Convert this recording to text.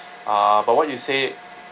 uh but what you say